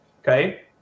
okay